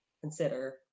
consider